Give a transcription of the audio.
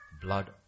blood